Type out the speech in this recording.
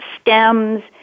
stems